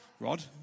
Rod